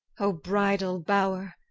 o bridal bower,